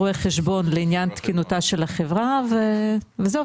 רואה חשבון לעניין תקינותה של החברה וזהו,